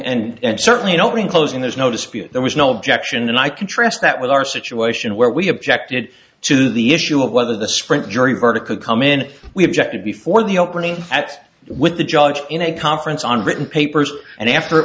well and certainly don't mean closing there's no dispute there was no objection and i contrast that with our situation where we objected to the issue of whether the sprint jury verdict could come in we objected before the opening act with the judge in a conference on written papers and after it